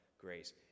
grace